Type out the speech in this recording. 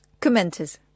Commenters